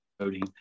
voting